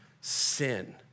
sin